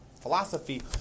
philosophy